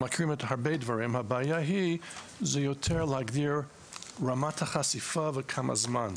הבעיה זה יותר להגדיר רמת החשיפה וכמה זמן.